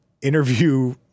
interview